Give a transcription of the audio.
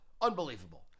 unbelievable